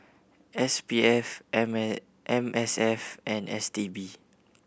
S P F M M S F and S T B